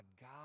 God